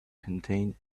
contained